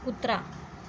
कुत्रा